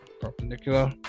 perpendicular